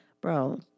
Bro